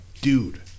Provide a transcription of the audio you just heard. dude